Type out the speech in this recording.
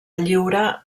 lliure